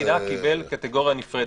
נשיא המדינה קיבל קטגוריה נפרדת,